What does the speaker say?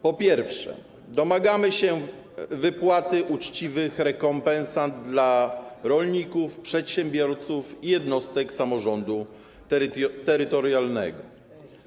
Po pierwsze, domagamy się wypłaty uczciwych rekompensat dla rolników, przedsiębiorców i jednostek samorządu terytorialnego.